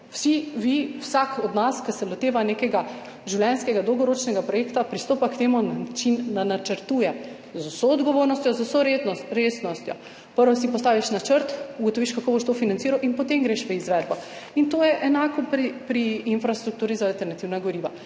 Vsi vi, vsak od nas, ki se loteva nekega življenjskega dolgoročnega projekta, pristopa k temu na način, da načrtuje z vso odgovornostjo, z vso resnostjo. Najprej si postaviš načrt, ugotoviš, kako boš to financiral, in potem greš v izvedbo. In to je enako pri infrastrukturi za alternativna goriva.